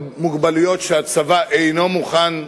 שהצבא אינו מוכן לגייסם,